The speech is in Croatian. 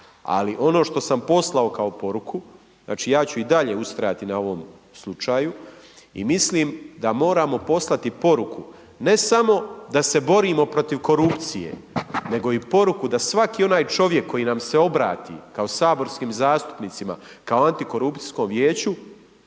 Ali, ono što sam poslao kao poruku, znači ja ću i dalje ustrajati na ovom slučaju i mislim da moramo poslati poruku, ne samo da se borimo protiv korupcije, nego i poruku da svaki onaj čovjek koji nam se obrati kao saborskim zastupnicima, kao antikorupcijskom vijeću,